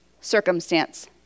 circumstance